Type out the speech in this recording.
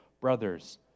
Brothers